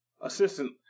assistant